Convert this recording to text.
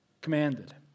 commanded